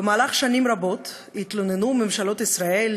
במהלך שנים רבות התלוננו ממשלות ישראל